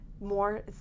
more